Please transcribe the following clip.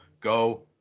go